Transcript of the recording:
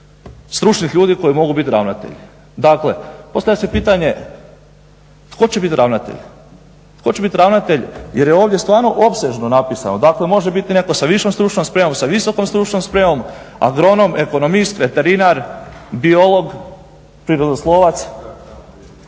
stručnih ljudi koji mogu biti ravnatelji. Dakle, postavlja se pitanje tko će biti ravnatelj, jer je ovdje stvarno opsežno napisano. Dakle, može biti netko sa višom stručnom spremom, sa visokom stručnom spremom, agronom, ekonomist, veterinar, biolog, prirodoslovac.